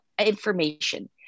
information